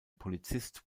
polizist